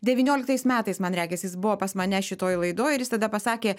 devynioliktais metais man regis jis buvo pas mane šitoj laidoj ir jis tada pasakė